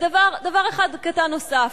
דבר אחד קטן נוסף.